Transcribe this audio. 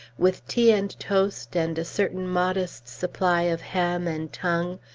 with tea and toast, and a certain modest supply of ham and tongue,